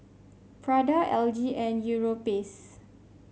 Prada L G and Europace